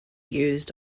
used